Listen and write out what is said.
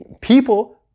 people